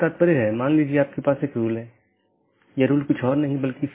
एक और बात यह है कि यह एक टाइपो है मतलब यहाँ यह अधिसूचना होनी चाहिए